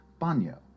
banyo